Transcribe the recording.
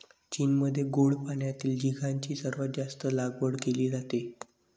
चीनमध्ये गोड पाण्यातील झिगाची सर्वात जास्त लागवड केली जाते